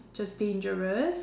just dangerous